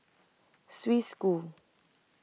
Swiss School